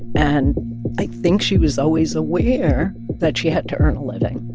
and i think she was always aware that she had to earn a living